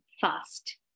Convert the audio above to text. fast